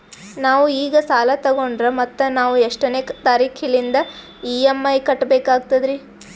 ನಾವು ಈಗ ಸಾಲ ತೊಗೊಂಡ್ರ ಮತ್ತ ನಾವು ಎಷ್ಟನೆ ತಾರೀಖಿಲಿಂದ ಇ.ಎಂ.ಐ ಕಟ್ಬಕಾಗ್ತದ್ರೀ?